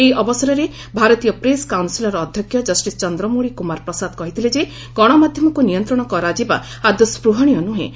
ଏହି ଅବସରରେ ଭାରତୀୟ ପ୍ରେସ୍ କାଉନସିଲର ଅଧ୍ୟକ୍ଷ ଜଷ୍ଟିସ୍ ଚନ୍ଦ୍ରମୌଳି କୁମାର ପ୍ରସାଦ କହିଥିଲେ ଯେ ଗଣମାଧ୍ୟମକୁ ନିୟନ୍ତ୍ରଣ କରାଯିବା ଆଦୌ ସ୍ୱହଣୀୟ ନୁହେଁ